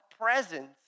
presence